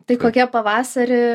tai kokia pavasarį